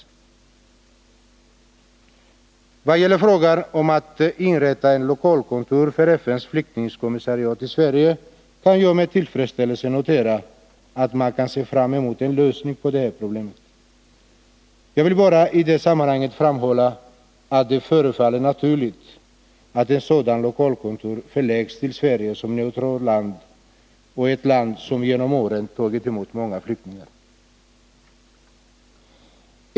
I vad gäller frågan om att inrätta ett lokalkontor för FN:s flyktingkommissariat i Sverige kan jag med tillfredsställelse notera att man kan se fram emot en lösning på det problemet. Jag vill bara i det sammanhanget framhålla att det förefaller naturligt att ett sådant lokalkontor förläggs till Sverige som neutralt land och ett land som genom åren tagit emot många flyktingar.